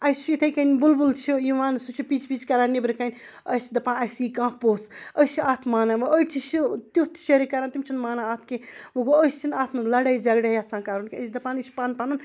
اَسہِ چھ یِتھَے کَنۍ بُلبُل چھُ یِوان سُہ چھُ پِچ پِچ کَران نٮ۪برٕکَنۍ أسۍ چھِ دَپان اَسہِ یی کانٛہہ پوٚژھ أسۍ چھِ اَتھ مانان وٕ أڑۍ چھِ شہِ تیُتھ شِرک کَران تِم چھِنہٕ مانان اَتھ کینٛہہ وۄنۍ گوٚو أسۍ چھِنہٕ اَتھ منٛز لَڑٲے جگڑٕ یَژھان کَرُن کینٛہہ أسۍ دَپان یہِ چھِ پَنُن پَنُن